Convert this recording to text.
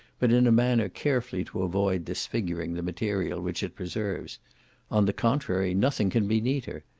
but in a manner carefully to avoid disfiguring the material which it preserves on the contrary, nothing can be neater.